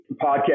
podcast